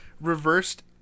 reversed